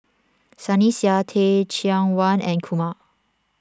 Sunny Sia Teh Cheang Wan and Kumar